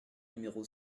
numéro